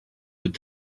with